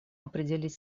определить